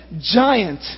giant